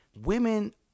Women